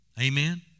Amen